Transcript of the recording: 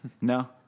No